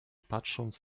patrząc